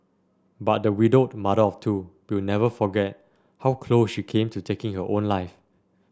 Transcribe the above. but the widowed mother of two will never forget how close she came to taking her own life